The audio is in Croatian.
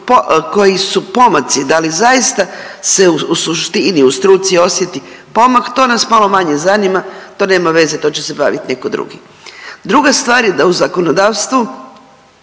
koji su pomaci, da li zaista se u suštini, u struci osjeti pomak to nas malo manje zanima, to nema veze to će se baviti netko drugi. Druga stvar je da u zakonodavstvu